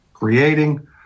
creating